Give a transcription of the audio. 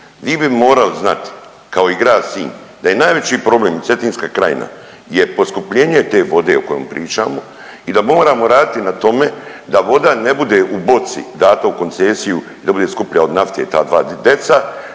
vi bi morali znati, kao i grad Sinj, da je najveći problem Cetinska krajina jer poskupljenje te vode o kojoj pričamo i da moramo raditi na tome da voda ne bude u boci data u koncesiju, da bude skuplja od nafte, ta dva deca,